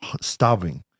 starving